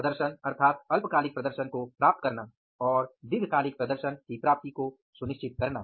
प्रदर्शन अर्थात अल्पकालिक प्रदर्शन को प्राप्त करना और दीर्घकालिक प्रदर्शन की प्राप्ति को सुनिश्चित करना